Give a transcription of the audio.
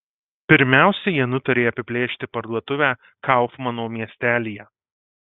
pirmiausia jie nutarė apiplėšti parduotuvę kaufmano miestelyje